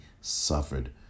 suffered